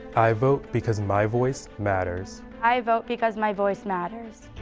i vote because my voice matters. i vote because my voice matters.